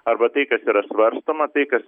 arba tai kas yra svarstoma tai kas